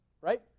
Right